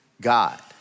God